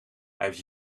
heeft